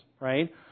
right